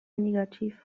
negativ